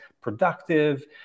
productive